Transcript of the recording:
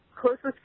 closest